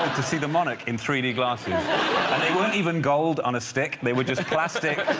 to see the monarch in three d glasses weren't even gold on a stick. they were just plastic